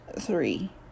Three